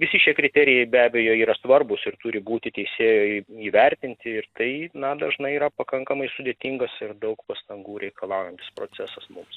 visi šie kriterijai be abejo yra svarbūs ir turi būti teisėjo įvertinti ir tai na dažnai yra pakankamai sudėtingas ir daug pastangų reikalaujantis procesas mums